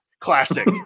Classic